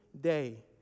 day